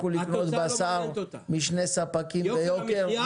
לכו לקנות בשר משני ספקים ביוקר,